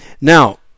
Now